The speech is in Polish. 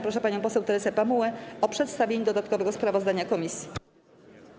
Proszę panią poseł Teresę Pamułę o przedstawienie dodatkowego sprawozdania komisji.